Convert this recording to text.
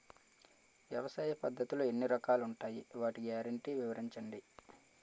వ్యవసాయ పద్ధతులు ఎన్ని రకాలు ఉంటాయి? వాటి గ్యారంటీ వివరించండి?